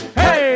hey